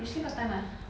you sleep what time ah